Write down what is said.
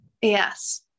Yes